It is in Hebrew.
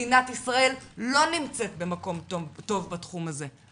מדינת ישראל לא נמצאת במקום טוב בתחום הזה.